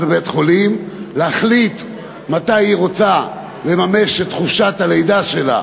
בבית-חולים להחליט מתי היא רוצה לממש את חופשת הלידה שלה